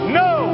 no